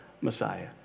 messiah